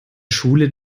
schule